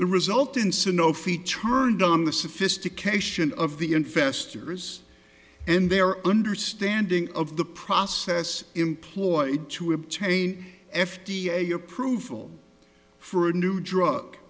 the result in sanofi turned on the sophistication of the investors and their understanding of the process employed to obtain f d a approval for a new drug